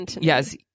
yes